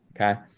Okay